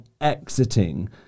exiting